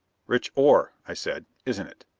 rich ore, i said. isn't it?